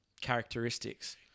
characteristics